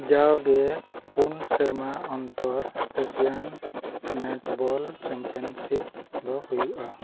ᱡᱟᱣ ᱜᱮ ᱯᱩᱱ ᱥᱮᱨᱢᱟ ᱚᱱᱛᱚᱨ ᱮᱥᱤᱭᱟᱱ ᱱᱮᱴᱵᱚᱞ ᱪᱟᱢᱯᱤᱭᱟᱱᱥᱤᱯ ᱫᱚ ᱦᱩᱭᱩᱜᱼᱟ